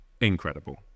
Incredible